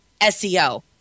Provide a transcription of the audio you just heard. SEO